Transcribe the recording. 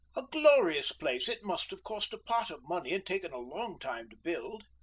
a glorious place! it must have cost a pot of money, and taken a long time to build.